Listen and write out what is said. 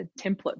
template